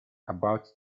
about